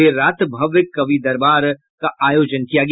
देर रात भव्य कवि दरबार का आयोजन किया गया